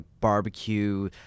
barbecue